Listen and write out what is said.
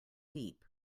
deep